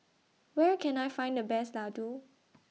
Where Can I Find The Best Laddu